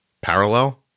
parallel